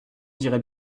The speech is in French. dirait